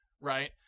Right